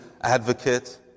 advocate